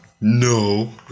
No